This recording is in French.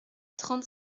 trente